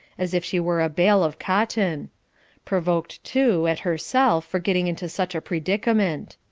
as if she were a bale of cotton provoked, too, at herself for getting into such a predicament.